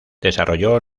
desarrolló